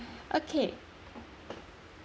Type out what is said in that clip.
okay